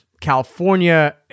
California